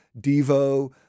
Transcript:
Devo